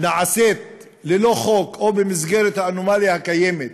נעשית ללא חוק, או במסגרת האנומליה הקיימת,